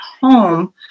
home